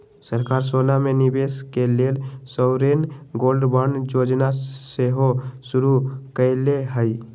सरकार सोना में निवेश के लेल सॉवरेन गोल्ड बांड जोजना सेहो शुरु कयले हइ